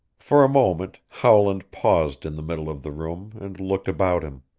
for a moment howland paused in the middle of the room and looked about him.